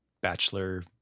bachelor